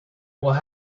will